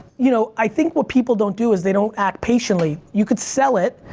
you know i think what people don't do is they don't act patiently. you could sell it,